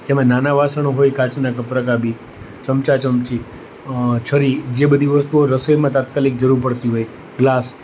જેમાં નાનાં વાસણો હોય કાચના કપ રકાબી ચમચા ચમચી છરી જે બધી વસ્તુઓ રસોઈમાં તાત્કાલિક જરૂર પડતી હોય ગ્લાસ